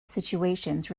situations